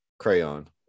Crayon